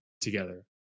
together